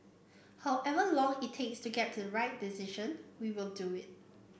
however long it takes to get the right decision we will do it